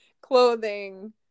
clothing